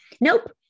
nope